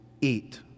eat